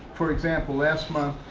for example, last month,